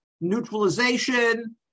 neutralization